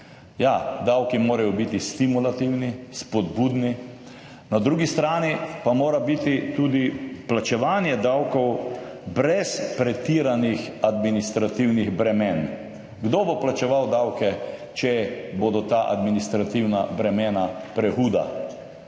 Ja, davki morajo biti stimulativni, spodbudni, na drugi strani pa mora biti tudi plačevanje davkov brez pretiranih administrativnih bremen. Kdo bo plačeval davke, če bodo ta administrativna bremena prehuda?